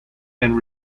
and